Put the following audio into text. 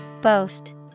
Boast